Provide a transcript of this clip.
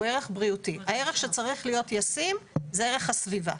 הערך שצריך להיות ישים זה ערך הסביבה.